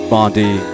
Bondi